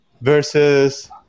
Versus